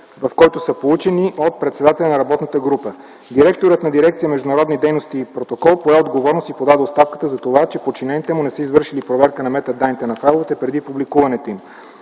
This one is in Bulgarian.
в който са получени от председателя на работната група. Директорът на дирекция „Международни дейности и протокол” пое отговорност и подаде оставка за това, че подчинените му не са извършили проверка на метаданните на файловете, преди публикуването им.